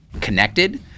connected